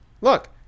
look